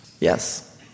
Yes